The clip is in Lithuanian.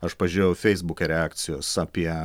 aš pažiūrėjau feisbuke reakcijas apie